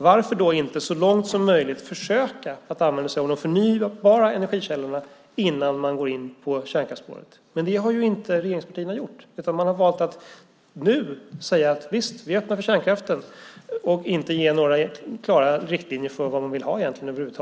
Varför då inte så långt som möjligt försöka att använda sig av de förnybara energikällorna innan man går in på kärnkraftsspåret? Det har regeringspartierna inte gjort. Man har i stället valt att säga att man öppnar för kärnkraften och inte gett några klara riktlinjer för vad man vill ha.